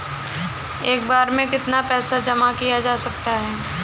एक बार में कितना पैसा जमा किया जा सकता है?